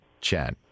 chat